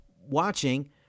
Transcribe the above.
watching